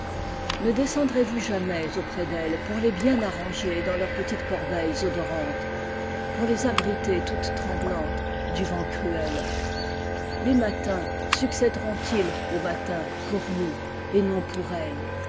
ne descendrez vous jamais auprès d'elles pour les bien arranger dans leurs petites corbeilles odoran tes pour les abriter toutes tremblantes du vent cruel les matins succéderont ils aux matins pour nous mais non pour elles